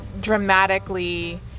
dramatically